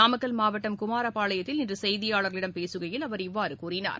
நாமக்கல் மாவட்டம் குமாரபாளையத்தில் இன்று செயதியாளர்களிடம் பேசுகையில் அவர் இவ்வாறு கூறினார்